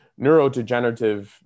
neurodegenerative